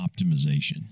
Optimization